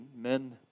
men